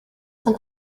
von